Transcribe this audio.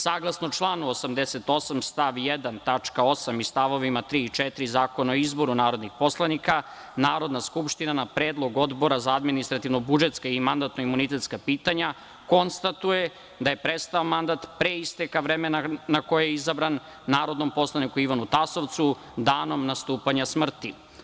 Saglasno članu 88. stav 1. tačka 8. i stavovima 3. i 4. Zakona o izboru narodnih poslanika, Narodna skupština, na predlog Odbora za administrativno-budžetska i mandatno imunitetska pitanja konstatuje da je prestao mandat pre isteka vremena na koje je izabran, narodnom poslaniku Ivanu Tasovcu, danom nastupanja smrti.